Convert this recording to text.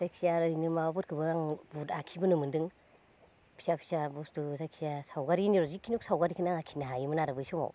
जायखिजाया ओरैनो माबाफोरखोबो आं बुथ आखि बोनो मोन्दों फिसा फिसा बुस्थु जायखिजाया सावगारि हख जिखिनि सावगारिखोनो आं आखिनो हायोमोन आरो बै समाव